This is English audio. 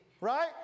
Right